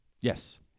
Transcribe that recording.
Yes